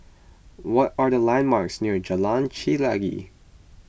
what are the landmarks near Jalan Chelagi